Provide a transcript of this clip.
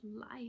life